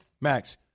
Max